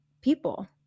people